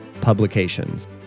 publications